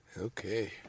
Okay